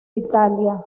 italia